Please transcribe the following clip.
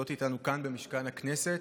שנמצאות איתנו כאן במשכן הכנסת.